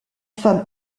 femme